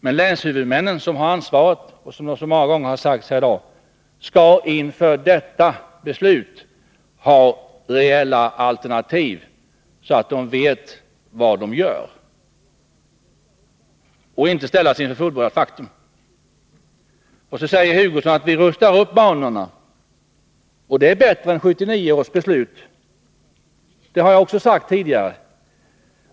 Men länshuvudmännen, som har ansvaret — vilket så många gånger har sagts här i dag — skall inför detta beslut ha reella alternativ så att de vet vad de gör och inte ställs inför fullbordat faktum. Kurt Hugosson säger också att man nu rustar upp banor och att detta är bättre än 1979 års beslut. Det har också jag sagt tidigare.